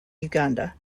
uganda